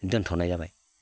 दोनथ'नाय जाबाय